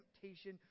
temptation